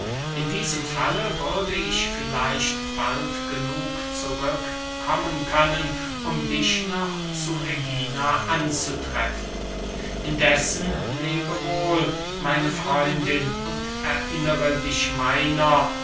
in diesem falle würde ich vielleicht bald genug zurück kommen können um dich noch zu ägina anzutreffen indessen lebe wohl meine freundin und erinnere dich meiner